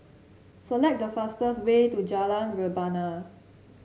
select the fastest way to Jalan Rebana